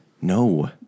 No